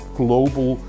global